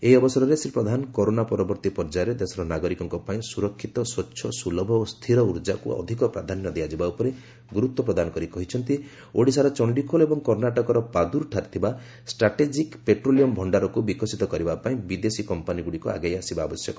ଏହି ଅବସରରେ ଶ୍ରୀ ପ୍ରଧାନ କରୋନା ପରବର୍ତ୍ତୀ ପର୍ୟ୍ୟାୟରେ ଦେଶର ନାଗରିକଙ୍କ ପାଇଁ ସ୍ୱରକ୍ଷିତ ସ୍ୱଚ୍ଛ ସ୍ୱଲଭ ଓ ସ୍ଥିର ଉର୍ଜାକୁ ଅଧିକ ପ୍ରାଧାନ୍ୟ ଦିଆଯିବା ଉପରେ ଗୁରୁତ୍ୱ ପ୍ରଦାନ କରି କହିଛନ୍ତି ଯେ ଓଡିଶାର ଚଣ୍ଡିଖୋଲ ଏବଂ କର୍ଷ୍ଣାଟକର ପାଦ୍ୱର ଠାରେ ଥିବା ଷ୍ଟ୍ରାଟେଜିକ୍ ପେଟ୍ରୋଲିୟମ ଭଷାରକ୍ତ ବିକଶିତ କରିବା ପାଇଁ ବିଦେଶୀ କମ୍ପାନୀଗୁଡିକ ଆଗେଇ ଆସିବା ଆବଶ୍ୟକ